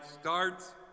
starts